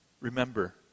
Remember